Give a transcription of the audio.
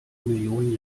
millionen